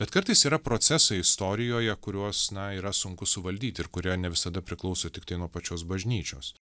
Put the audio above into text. bet kartais yra procesai istorijoje kuriuos na yra sunku suvaldyti ir kurie ne visada priklauso tiktai nuo pačios bažnyčios